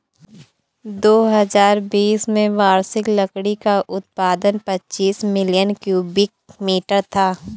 दो हजार बीस में वार्षिक लकड़ी का उत्पादन पचासी मिलियन क्यूबिक मीटर था